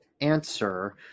answer